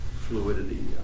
fluidity